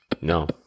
no